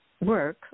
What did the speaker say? work